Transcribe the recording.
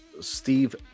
Steve